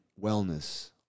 wellness